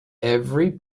every